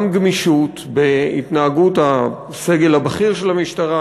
גם גמישות בהתנהגות הסגל הבכיר של המשטרה,